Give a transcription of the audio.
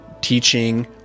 teaching